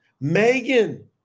Megan